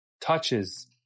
touches